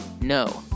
No